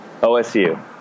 OSU